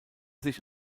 sich